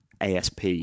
asp